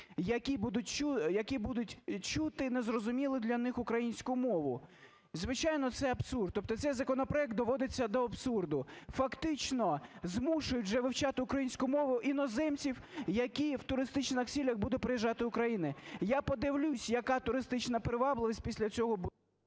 які будуть чути, незрозумілу для них, українську мову. Звичайно, це абсурд. Тобто цей законопроект доводиться до абсурду. Фактично змушують вже вивчати українську мову іноземців, які, в туристичних цілях, будуть приїжджати до України. Я подивлюсь, яка туристична привабливість після цього…